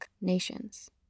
nations